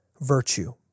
virtue